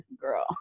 girl